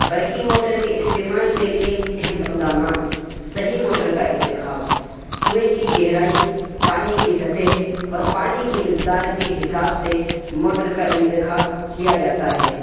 برقی موٹر کے استعمال کے لیے اہم اقدامات صحیح موٹر کا انتخاب کنویں کی گہرائی پانی کی سطح اور پانی کی مقدار کے حساب سے موٹر کا انتخاب کیا جاتا ہے